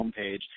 homepage